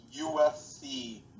UFC